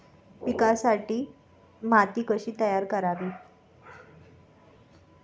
पिकांसाठी माती कशी तयार करावी?